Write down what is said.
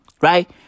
Right